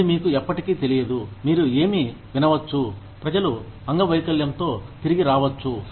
అది మీకు ఎప్పటికీ తెలియదు మీరు ఏమి వినవచ్చు ప్రజలు అంగవైకల్యంతో తిరిగి రావచ్చు